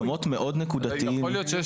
במקומות מאוד נקודתיים --- יכול להיות שיש